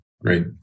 Great